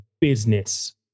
business